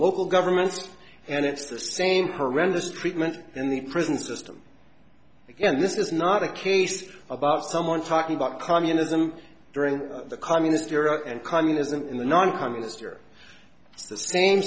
local governments and it's the same program the street meant and the prison system again this is not a case about someone talking about communism during the communist era and communism and the noncommunist are the same